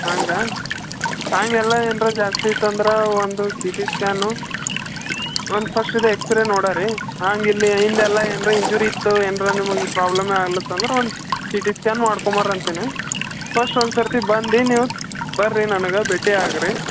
ಹಾಗ ಹಾಗೆಲ್ಲ ಏನಾರ ಜಾಸ್ತಿ ಇತ್ತಂದ್ರೆ ಒಂದು ಸಿ ಟಿ ಸ್ಕ್ಯಾನು ಒಂದು ಫಸ್ಟ್ ಇದು ಎಕ್ಸ್ರೇ ನೋಡೋರಿ ಹಂಗಿಲ್ಲಿ ಹಿಂದೆಲ್ಲ ಏನಾರ ಇಂಜುರಿ ಇತ್ತು ಏನಾರ ನಿಮಗೆ ಪ್ರಾಬ್ಲಮ್ ಆಗ್ಲತ್ತಂದ್ರ ಒಂದು ಸಿ ಟಿ ಸ್ಕ್ಯಾನ್ ಮಾಡ್ಕೊಂಬರ್ರಿ ಅಂತೀನಿ ಫಸ್ಟ್ ಒಂದ್ಸರ್ತಿ ಬಂದು ನೀವು ಬರ್ರಿ ನನಗೆ ಭೇಟಿ ಆಗಿರಿ